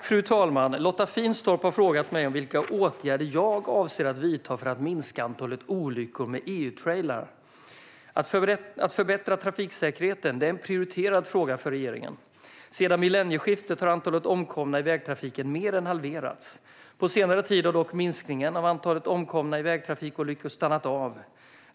Fru talman! Lotta Finstorp har frågat mig vilka åtgärder jag avser att vidta för att minska antalet olyckor med EU-trailrar. Att förbättra trafiksäkerheten är en prioriterad fråga för regeringen. Sedan millennieskiftet har antalet omkomna i vägtrafiken mer än halverats. På senare tid har dock minskningen av antalet omkomna i vägtrafikolyckor stannat av.